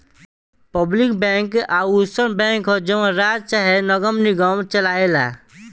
public bank अउसन bank ह जवन राज्य चाहे नगर निगम चलाए ला